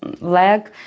leg